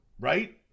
Right